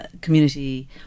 community